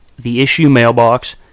theissuemailbox